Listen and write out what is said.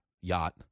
yacht